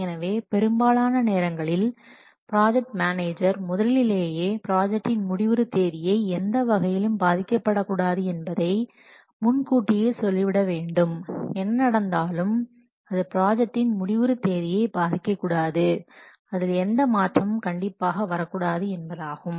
எனவே பெரும்பாலான நேரங்களில் ப்ராஜெக்ட் மேனேஜர் முதலிலேயே ப்ராஜெக்டின் முடிவுறும் தேதி எந்த வகையிலும் பாதிக்கப்படக்கூடாது என்பதை முன்கூட்டியே சொல்லிவிட வேண்டும் என்ன நடந்தாலும் அது ப்ராஜெக்டின் முடிவுறு தேதியை பாதிக்கக்கூடாது அதில் எந்த மாற்றமும் கண்டிப்பாக வரக்கூடாது என்பதாகும்